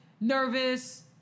nervous